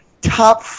top